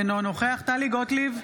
אינו נוכח טלי גוטליב,